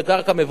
מבוצע,